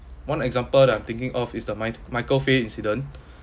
one example that I'm thinking of is the mi~ michael fay incident